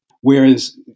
whereas